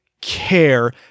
care